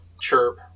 chirp